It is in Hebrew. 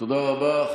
תודה רבה.